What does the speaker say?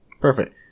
Perfect